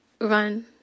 run